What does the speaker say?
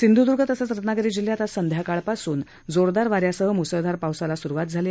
सिंध्दर्ग तसंच रत्नागिरी जिल्ह्यात आज संध्याकाळापासून जोरदार वाऱ्यासह मुसळधार पाऊसाला सुरुवात झाली आहे